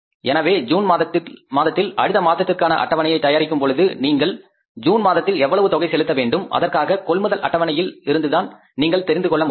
எனவே ஜூன் மாதத்தில் அடுத்த மாதத்திற்கான அட்டவணையை தயாரிக்கும் பொழுது நீங்கள் ஜூன் மாதத்தில் எவ்வளவு தொகை செலுத்த வேண்டும் அதற்காக கொள்முதல் அட்டவணையில் இருந்துதான் நீங்கள் தெரிந்துகொள்ள முடியும்